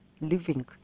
living